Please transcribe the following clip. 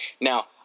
now